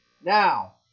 Now